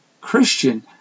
Christian